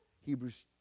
Hebrews